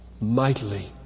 mightily